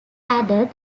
added